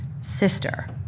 Sister